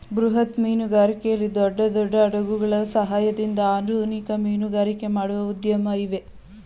ಬೃಹತ್ ಮೀನುಗಾರಿಕೆಯಲ್ಲಿ ದೊಡ್ಡ ದೊಡ್ಡ ಹಡಗುಗಳ ಸಹಾಯದಿಂದ ಆಧುನಿಕ ಮೀನುಗಾರಿಕೆ ಮಾಡುವ ಉದ್ಯಮಗಳು ಇವೆ